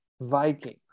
Vikings